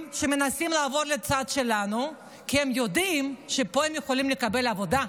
שמנסים לעבור לצד שלנו כי הם יודעים שפה הם יכולים לקבל עבודה.